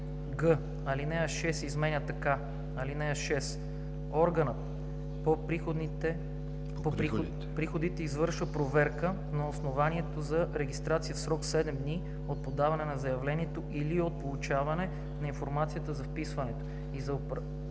така: „(6) Органът по приходите извършва проверка на основанието за регистрация в срок 7 дни от подаване на заявлението или от получаване на информацията за вписването и за упражнено